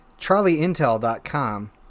CharlieIntel.com